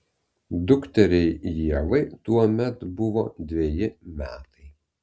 dukteriai ievai tuomet buvo dveji metai